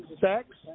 Sex